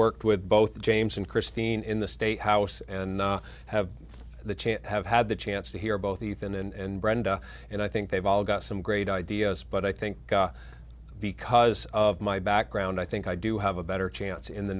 worked with both james and christine in the state house and have the chance have had the chance to hear both ethan and brenda and i think they've all got some great ideas but i think because of my background i think i do have a better chance in the